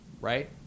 right